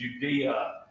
Judea